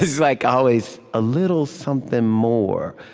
like always a little something more,